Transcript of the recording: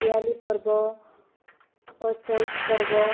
ଦିୱାଲି ପର୍ବ ଓ ଚୈତ୍ର ପର୍ବ